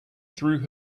through